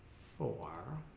for